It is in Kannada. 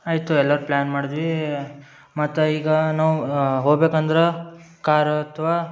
ಆಯಿತು ಎಲ್ಲಾರು ಪ್ಲ್ಯಾನ್ ಮಾಡ್ದ್ವೀ ಮತ್ತು ಈಗ ನಾವು ಹೋಗ್ಬೇಕಂದ್ರೆ ಕಾರ್ ಅಥ್ವಾ